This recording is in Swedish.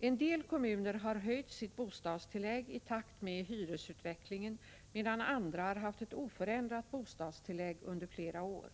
En del kommuner har höjt sitt bostadstillägg i takt med hyresutvecklingen, medan andra har haft ett oförändrat bostadstillägg under flera år.